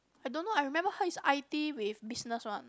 I don't know I remember her is I_T with business one